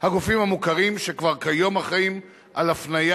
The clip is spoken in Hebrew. הגופים המוכרים שכבר כיום אחראים להפניה